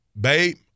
babe